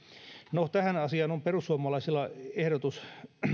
no tähän asiaan verotuksen kohtuullistamiseksi on perussuomalaisilla ehdotus